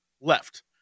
left